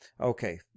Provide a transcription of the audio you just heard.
Okay